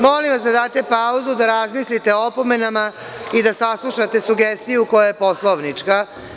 Molim vas da date pauzu i da razmislite o opomenama i da saslušate sugestiju koja je poslovnička.